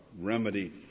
remedy